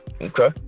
Okay